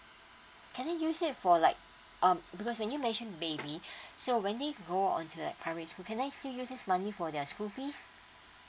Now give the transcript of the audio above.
can I use it for like um because when you mentioned baby so when they grow onto the primary school can I still use this money for their school fees